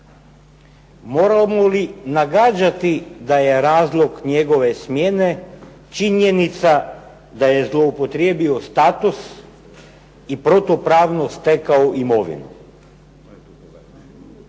Moramo li nagađati da je razlog njegove smjene činjenica da je zloupotrijebio status i protupravno stekao imovinu?